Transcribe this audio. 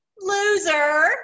loser